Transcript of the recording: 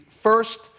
first